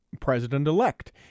president-elect